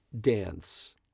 dance